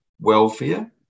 welfare